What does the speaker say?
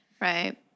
Right